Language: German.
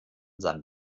seinem